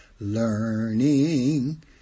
learning